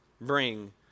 bring